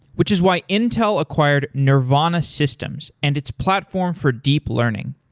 which is why intel acquired nervana systems and its platform for deep learning.